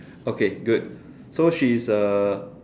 okay good so she is a